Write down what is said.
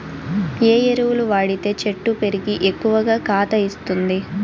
ఏ ఎరువులు వాడితే చెట్టు పెరిగి ఎక్కువగా కాత ఇస్తుంది?